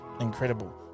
incredible